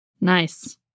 Nice